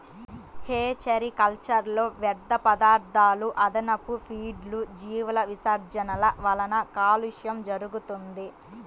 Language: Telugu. హేచరీ కల్చర్లో వ్యర్థపదార్థాలు, అదనపు ఫీడ్లు, జీవుల విసర్జనల వలన కాలుష్యం జరుగుతుంది